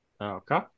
Okay